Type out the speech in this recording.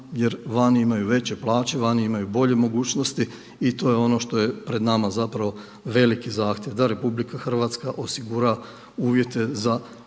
jer vani imaju veće plaće, vani imaju bolje mogućnosti i to je ono što je pred nama zapravo veliki zahtjev da RH osigura uvjete za